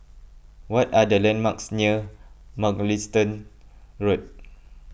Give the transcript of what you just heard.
what are the landmarks near Mugliston Road